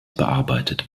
bearbeitet